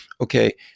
okay